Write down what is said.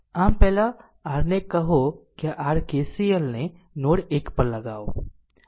આમ પહેલા r ને કહો કે r KCL ને નોડ 1 પર લગાવો